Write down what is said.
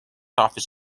office